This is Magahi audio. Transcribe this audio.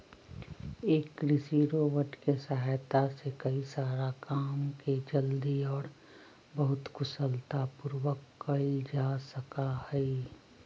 एक कृषि रोबोट के सहायता से कई सारा काम के जल्दी और बहुत कुशलता पूर्वक कइल जा सका हई